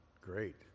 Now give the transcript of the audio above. great